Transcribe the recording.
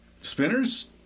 spinners